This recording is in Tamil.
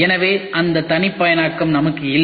எனவே அந்த தனிப்பயனாக்கம் நமக்கு இல்லை